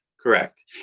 Correct